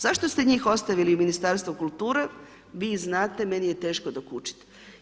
Zašto ste njih ostavili Ministarstvu kulture, vi znate meni je teško dokučiti.